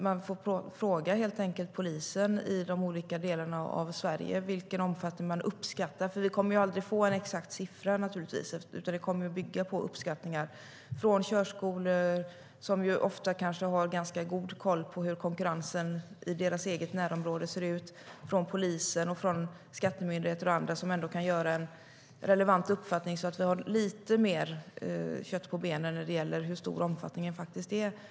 Man får helt enkelt fråga polisen i de olika delarna av Sverige vilken omfattning de uppskattar att det är.De kan ha en relevant uppfattning så att vi får lite mer kött på benen när det gäller hur stor omfattningen är.